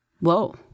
Whoa